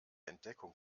entdeckung